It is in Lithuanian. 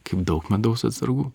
kaip daug medaus atsargų